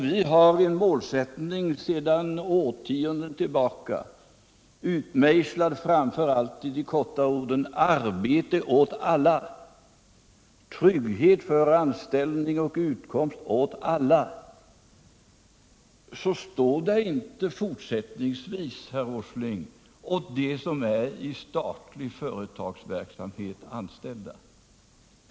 Vi har en målsättning sedan årtionden tillbaka, utmejslad framför allt i de korta orden ”arbete åt alla, trygghet för anställning och utkomst åt alla”, men det står inte fortsättningsvis, herr Åsling: ”åt dem som är i statlig företagsamhet anställda”.